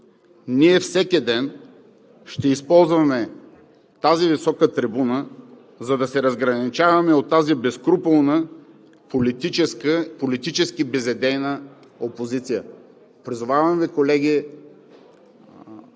ние всеки ден ще използваме тази висока трибуна, за да се разграничаваме от тази безскрупулна, политически безидейна опозиция. Колеги,